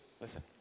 listen